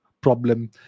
problem